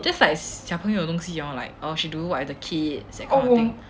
just like 小朋友的东西哦 like oh she do what at the kids that kind of things